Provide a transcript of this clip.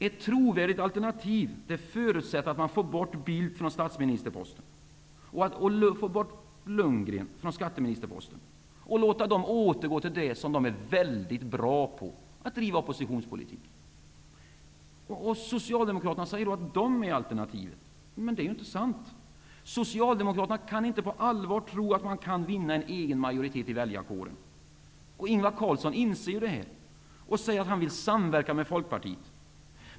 Ett trovärdigt alternativ förutsätter att vi får bort Lundgren från skatteministerposten samt att dessa får återgå till det som de är väldigt bra på, nämligen att driva oppositionspolitik. Socialdemokraterna säger att de är alternativet. Men det är inte sant. Socialdemokraterna kan inte på allvar tro att det är möjligt att vinna egen majoritet i väljarkåren. Ingvar Carlsson inser detta och säger att han vill samverka med Folkpartiet.